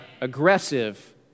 aggressive